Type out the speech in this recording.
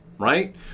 right